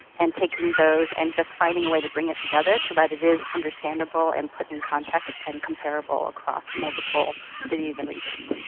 and taking those and just finding a way to bring it together so that it is understandable and put in context and comparable across multiple cities and regions.